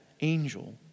angel